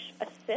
assist